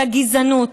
לגזענות,